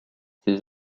ses